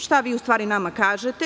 Šta vi, u stvari, nama kažete?